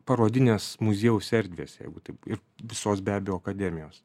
parodinės muziejaus erdvės jeigu taip ir visos be abejo akademijos